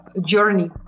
journey